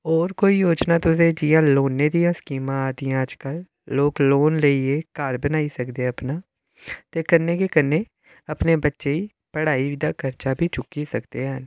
होर कोई योजना तुस ई जि'यां लोन दियां स्कीमां आई दियां अजकल लोक लोन लेइयै घर बनाई सकदे अपना ते कन्नै गै कन्नै अपने बच्चे ई पढ़ाई दा बी खर्चा चुक्की सकदे हैन